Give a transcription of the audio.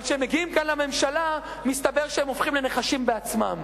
אבל כשהם מגיעים כאן לממשלה מסתבר שהם הופכים לנחשים בעצמם.